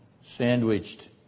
Sandwiched